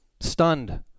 stunned